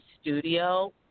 studio